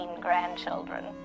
grandchildren